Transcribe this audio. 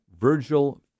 Virgil